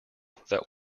that